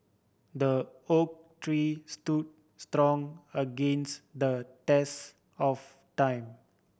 the oak tree stood strong against the test of time